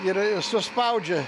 ir suspaudžia